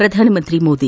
Pradhan Mantri Modi